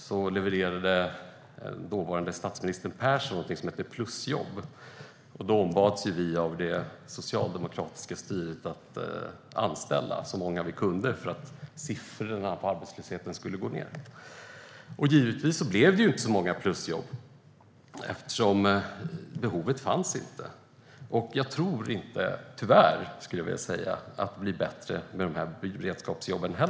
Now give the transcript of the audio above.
Då levererade dåvarande statsministern Persson någonting som kallades plusjobb. Vi ombads av det socialdemokratiska styret att anställa så många vi kunde för att arbetslöshetssiffrorna skulle gå ned. Givetvis blev det inte många plusjobb eftersom behovet inte fanns. Jag tror tyvärr inte att det blir bättre med beredskapsjobben.